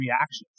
reactions